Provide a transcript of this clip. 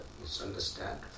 misunderstand